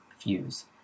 fuse